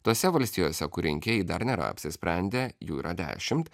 tose valstijose kur rinkėjai dar nėra apsisprendę jų yra dešimt